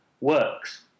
works